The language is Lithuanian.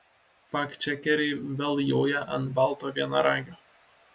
faktčekeriai vėl joja ant balto vienaragio